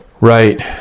Right